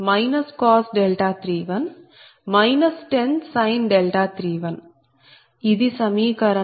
0 31 1031 ఇది సమీకరణం